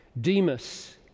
Demas